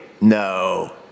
no